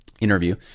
interview